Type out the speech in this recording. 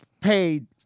paid